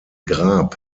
grab